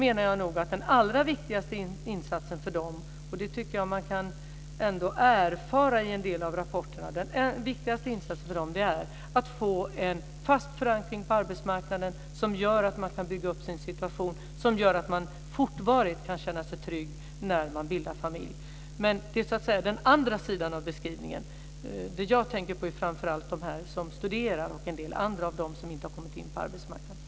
Men den allra viktigaste insatsen för dem som inte studerar - och det kan man erfara av en del av rapporterna - är att underlätta för dem att få en fast förankring på arbetsmarknaden som gör att de kan bygga upp sin tillvaro så att det kan känna sig trygga när de bildar familj. När det gäller den andra sidan av beskrivningen tänker jag främst på de som studerar och de som inte har kommit in på arbetsmarknaden.